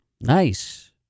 Nice